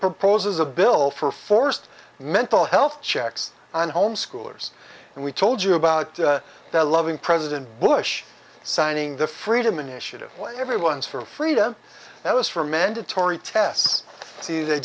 proposes a bill for forced mental health checks on home schoolers and we told you about that loving president bush signing the freedom initiative everyone's for freedom that was for mandatory tests they